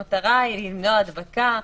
המטרה היא למנוע הדבקה,